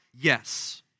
Yes